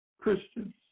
Christians